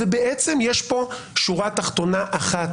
ובעצם יש פה שורה תחתונה אחת,